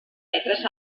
metres